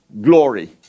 glory